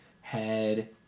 head